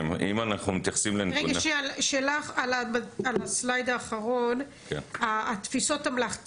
רגע, שאלה על השקף האחרון בנושא תפיסות אמל"ח.